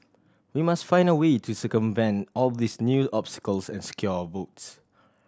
we must find a way to circumvent all these new obstacles and secure our votes